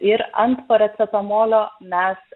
ir ant paracetamolio mes